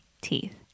teeth